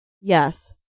Yes